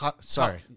Sorry